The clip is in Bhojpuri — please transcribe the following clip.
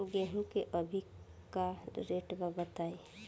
गेहूं के अभी का रेट बा बताई?